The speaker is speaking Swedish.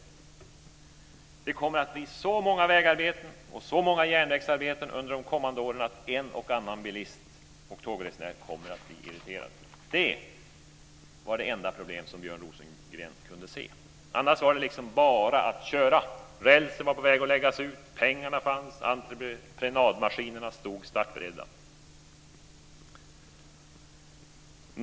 nämligen att det kommer att bli så många vägarbeten och så många järnvägsarbeten under de kommande åren att en och annan bilist och tågresenär kommer att bli irriterad. Det var det enda problem som Björn Rosengren kunde se. Annars var det bara att köra. Rälsen var på väg att läggas ut, pengarna fanns och entreprenadmaskinerna stod startberedda.